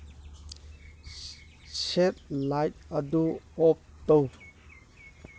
set light ꯑꯗꯨ off ꯇꯧ